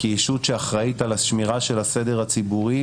כישות שאחראית על השמירה של הסדר הציבורי,